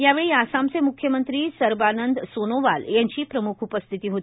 यावेळी आसामचे मुख्यमंत्री सर्बानंद सोनोवाल यांची प्रमुख उपस्थिती होती